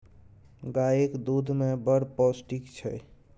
गाएक दुध मे बड़ पौष्टिक छै